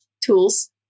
tools